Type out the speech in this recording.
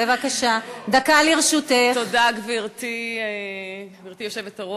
בבקשה, חברת הכנסת עליזה לביא.